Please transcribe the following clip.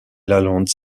lalande